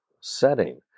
setting